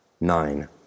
Nine